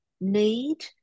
need